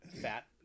fat